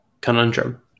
conundrum